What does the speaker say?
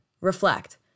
reflect